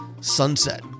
Sunset